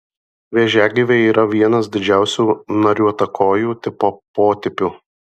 vėžiagyviai yra vienas didžiausių nariuotakojų tipo potipių